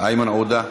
איימן עודה,